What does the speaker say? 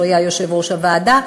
שהוא היה יושב-ראש הוועדה,